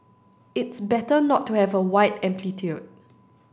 it's better not to have a wide amplitude